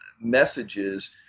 messages